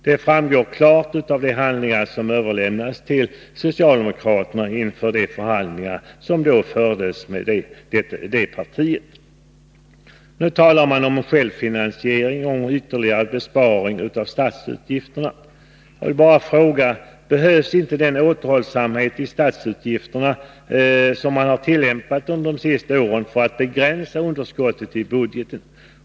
Detta framgår klart av de handlingar som överlämnades till socialdemokraterna inför de förhandlingar som då fördes med det partiet. Nu talar man om sjävfinansiering och om ytterligare besparingar i statsutgifterna. Jag vill bara fråga: Behövs inte den återhållsamhet i statsutgifterna som har tillämpats under de senaste åren för att begränsa underskottet i budgeten?